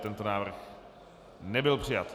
Tento návrh nebyl přijat.